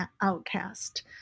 outcast